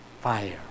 fire